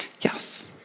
Yes